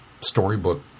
storybook